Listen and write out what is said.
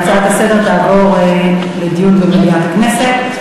ההצעה לסדר-היום תעבור לדיון במליאת הכנסת.